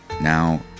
now